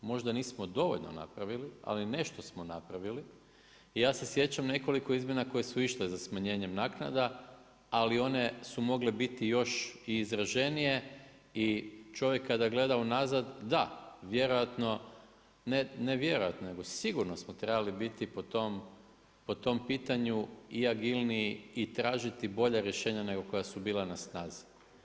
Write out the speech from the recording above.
Možda nismo dovoljno napravili, ali nešto smo napravili i ja se sjećam nekoliko izmjena koje su išle za smanjenjem naknada, ali one su mogle biti još i izraženije i čovjek kada gleda unazad, da vjerojatno, ne vjerojatno, nego sigurno smo trebali biti po tom pitanju i agilniji i tražiti bolja rješenja nego koja su bila na snazi.